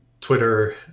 twitter